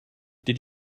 did